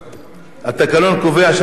התקנון קובע שאני לא יכול להתייחס?